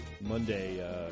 Monday